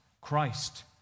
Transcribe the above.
Christ